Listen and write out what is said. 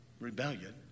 rebellion